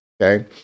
okay